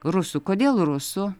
rusų kodėl rusų